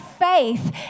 faith